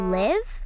live